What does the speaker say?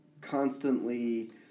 constantly